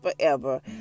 forever